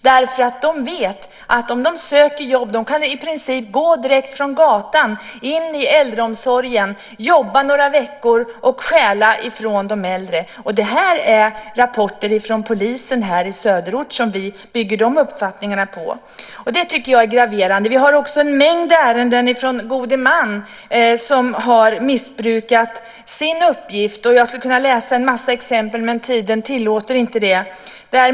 De vet att de när de söker jobb i princip kan komma in i äldreomsorgen direkt från gatan, jobba några veckor och stjäla från de äldre. Vi bygger dessa uppfattningar på rapporter från polisen i Söderort. Jag tycker att detta är graverande. Vi har också en mängd ärenden där gode män har missbrukat sina uppgifter. Jag skulle kunna redovisa en massa exempel på detta, men tiden tillåter inte det.